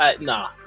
nah